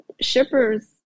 shippers